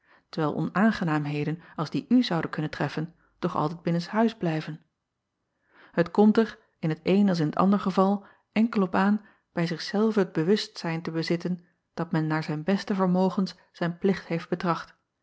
terwijl onaangenaamheden als die u zouden kunnen treffen toch altijd binnenshuis blijven et komt er in t een als in t ander geval enkel op aan bij zich zelven het bewustzijn te bezitten dat men naar zijn beste vermogens zijn plicht heeft betracht